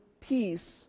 peace